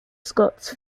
scots